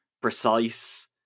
precise